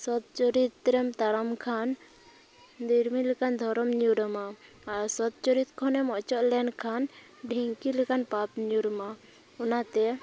ᱥᱚᱛ ᱪᱚᱨᱤᱛ ᱨᱮᱢ ᱛᱟᱲᱟᱢ ᱠᱷᱟᱱ ᱫᱤᱲᱢᱤ ᱞᱮᱠᱟᱱ ᱫᱷᱚᱨᱚᱢ ᱧᱩᱨᱟᱢᱟ ᱟᱨ ᱥᱚᱛ ᱪᱚᱨᱤᱛ ᱠᱷᱚᱱᱮᱢ ᱚᱪᱚᱜ ᱞᱮᱱᱠᱷᱟᱱ ᱰᱷᱤᱝᱠᱤ ᱞᱮᱠᱟᱱ ᱯᱟᱯ ᱧᱩᱨ ᱟᱢᱟ ᱚᱱᱟᱛᱮ